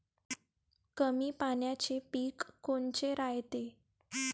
कमी पाण्याचे पीक कोनचे रायते?